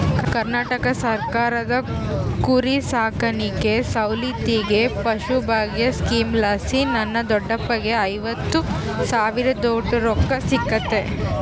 ಕರ್ನಾಟಕ ಸರ್ಕಾರದ ಕುರಿಸಾಕಾಣಿಕೆ ಸೌಲತ್ತಿಗೆ ಪಶುಭಾಗ್ಯ ಸ್ಕೀಮಲಾಸಿ ನನ್ನ ದೊಡ್ಡಪ್ಪಗ್ಗ ಐವತ್ತು ಸಾವಿರದೋಟು ರೊಕ್ಕ ಸಿಕ್ಕತೆ